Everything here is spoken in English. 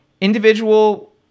Individual